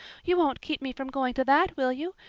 you won't keep me from going to that, will you?